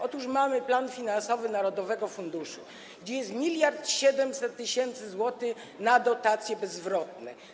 Otóż mamy plan finansowy narodowego funduszu, gdzie jest miliard 700 tys. zł na dotacje bezzwrotne.